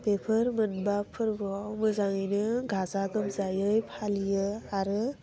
बेफोर मोनबा फोरबोआव मोजाङैनो गाजा गोमजायै फालियो आरो